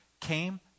came